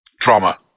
trauma